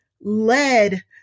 led